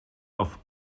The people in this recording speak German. auf